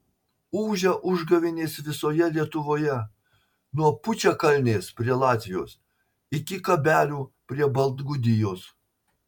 ūžia užgavėnės visoje lietuvoje nuo pučiakalnės prie latvijos iki kabelių prie baltgudijos